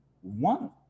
one